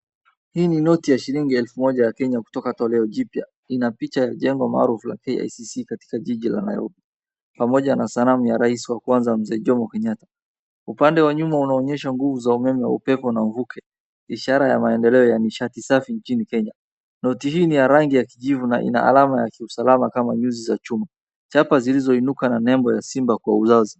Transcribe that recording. Hii ni noti ya shilingi elfu moja ya Kenya kutoka toleo jipya. Ina picha ya jengo maarufu la KICC katika jiji la Nairobi, pamoja na sanamu ya Rais wa kwanza Mzee Jomo Kenyatta. Upande wa nyuma unaonyesha nguvu za umeme wa upepo na uvuke, ishara ya maendeleo ya nishati safi nchini Kenya. Noti hii ni ya rangi ya kijivu na ina alama ya kiusalama kama nyuzi za chuma. Chapa zilizoinuka na nembo ya simba kwa uzazi.